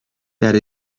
that